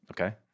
okay